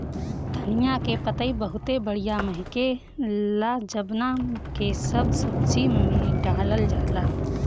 धनिया के पतइ बहुते बढ़िया महके ला जवना के सब सब्जी में डालल जाला